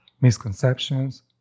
misconceptions